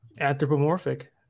Anthropomorphic